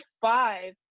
five